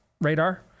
radar